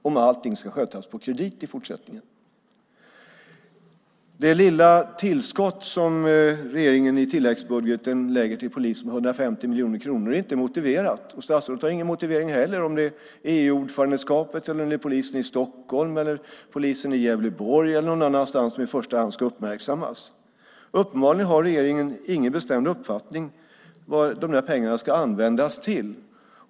Det lilla tillskott på 150 miljoner kronor som regeringen i tilläggsbudgeten lägger till polisen är inte motiverat. Statsrådet har inte heller någon motivering. Är det EU-ordförandeskapet eller polisen i Stockholm, i Gävleborg eller någon annanstans som i första hand ska uppmärksammas? Uppenbarligen har inte regeringen någon bestämd uppfattning om vad pengarna ska användas till.